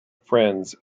friends